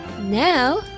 Now